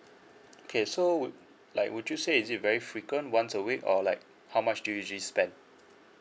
okay so would like would you say is it very frequent once a week or like how much do you usually spend